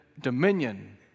dominion